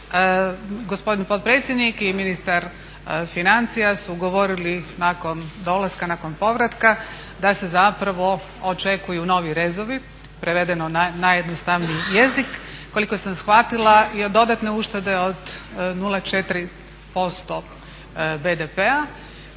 gospodine potpredsjednik i ministar financija su govorili nakon dolaska, nakon povratka da se zapravo očekuju novi rezovi, prevedeno na najjednostavniji jezik koliko sam shvatila i dodatne uštede od 0,4% BDP-a.